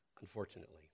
unfortunately